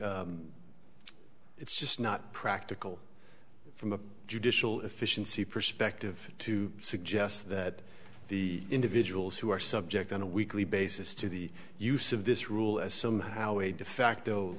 the it's just not practical from a judicial efficiency perspective to suggest that the individuals who are subject on a weekly basis to the use of this rule as somehow a defacto